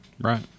right